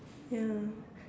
yeah